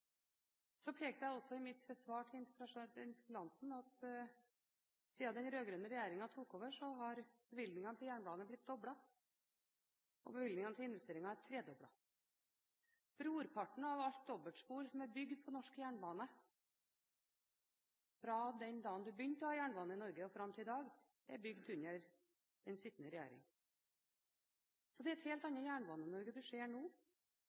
Så pekte jeg i mitt svar til interpellanten på at siden den rød-grønne regjeringen tok over, har bevilgningene til jernbanen blitt doblet. Bevilgningene til investeringer er blitt tredoblet. Brorparten av alle dobbeltspor som er bygd i norsk jernbane, fra den dagen man begynte å ha jernbane i Norge, og fram til i dag, er bygd under den sittende regjering. Så det er et helt annet Jernbane-Norge vi ser nå,